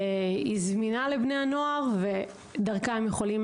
היא זמינה לבני הנוער ודרכם הם יכולים